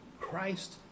Christ